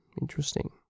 Interesting